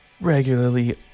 regularly